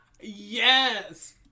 Yes